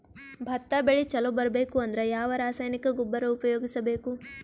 ಭತ್ತ ಬೆಳಿ ಚಲೋ ಬರಬೇಕು ಅಂದ್ರ ಯಾವ ರಾಸಾಯನಿಕ ಗೊಬ್ಬರ ಉಪಯೋಗಿಸ ಬೇಕು?